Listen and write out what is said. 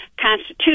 constitution